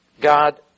God